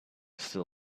still